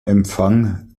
empfang